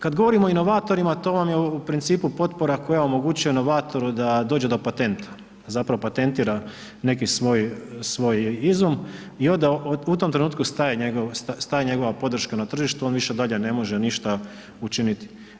Kad govorimo o inovatorima to vam je u principu potpora koja omogućuje inovatoru da dođe do patenta, zapravo patentira neki svoj izum i onda u tom trenutku staje njegova podrška na tržištu on više dalje ne može ništa učiniti.